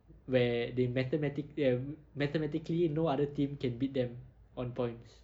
where they mathematically uh mathematically no other team can beat them on points